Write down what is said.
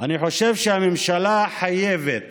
אני חושב שהממשלה חייבת